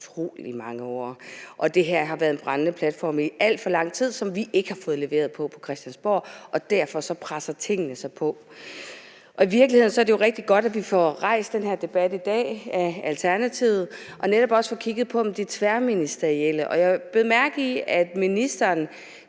mange år, og det her har været en brændende platform i alt for lang tid, som vi på Christiansborg ikke har fået leveret på, og derfor presser tingene sig på. I virkeligheden er det rigtig godt, at Alternativet får rejst den her debat i dag, og at vi netop også får kigget på det tværministerielle, og jeg bed mærke i, at ministeren